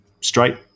straight